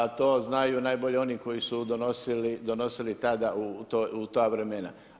To znaju najbolje oni koji su donosili tada u ta vremena.